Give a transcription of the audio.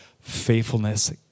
faithfulness